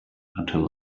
until